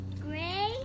Gray